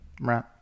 right